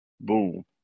Boom